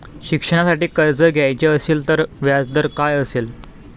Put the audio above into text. शिक्षणासाठी कर्ज घ्यायचे असेल तर व्याजदर काय असेल?